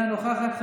אינה נוכחת,